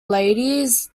ladies